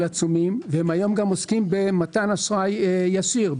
עצומים והם היום גם עוסקים במתן אשראי ישיר,